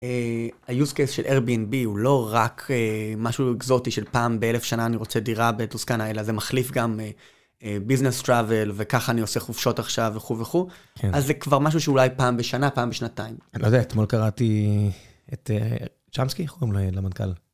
ה-use case של Airbnb הוא לא רק משהו אקזוטי של פעם באלף שנה אני רוצה דירה בטוסקנה, אלא זה מחליף גם, business travel וככה אני עושה חופשות עכשיו וכו' וכו', כן אז זה כבר משהו שאולי פעם בשנה, פעם בשנתיים. אני לא יודע, אתמול קראתי את שמסקי, איך קוראים למנכל.